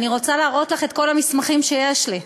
אני רוצה להראות לך את כל המסמכים שיש לי.